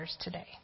today